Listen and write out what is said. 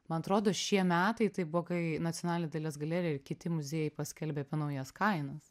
man atrodo šie metai tai buvo kai nacionalinė dailės galerija ir kiti muziejai paskelbė apie naujas kainas